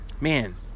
Man